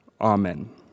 Amen